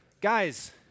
Guys